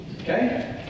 Okay